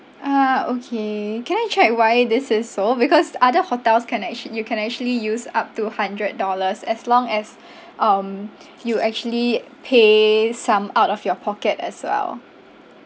ah okay can I check why this is so because other hotels can actua~ you can actually use up to hundred dollars as long as um you actually pay some out of your pocket as well